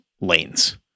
lanes